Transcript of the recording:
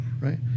right